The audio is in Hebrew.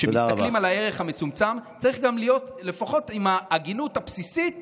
כשמסתכלים על הערך המצומצם צריך גם להיות לפחות עם ההגינות הבסיסית